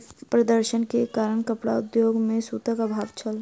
प्रदर्शन के कारण कपड़ा उद्योग में सूतक अभाव छल